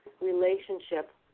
relationship